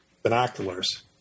Binoculars